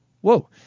Whoa